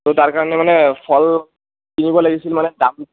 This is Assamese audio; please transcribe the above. ত' তাৰকাৰণে মানে ফল কিনিব লাগিছিল মানে দাম